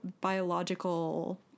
biological